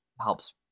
helps